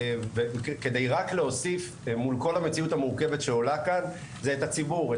רק להוסיף מול כל המציאות המורכבת שעולה כאן את הציבור,